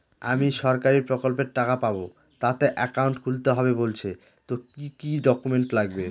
আমি সরকারি প্রকল্পের টাকা পাবো তাতে একাউন্ট খুলতে হবে বলছে তো কি কী ডকুমেন্ট লাগবে?